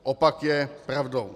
Opak je pravdou.